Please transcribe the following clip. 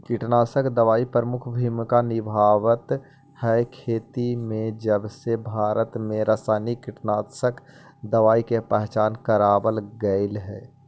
कीटनाशक दवाई प्रमुख भूमिका निभावाईत हई खेती में जबसे भारत में रसायनिक कीटनाशक दवाई के पहचान करावल गयल हे